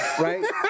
Right